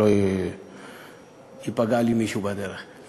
שלא ייפגע לי מישהו בדרך,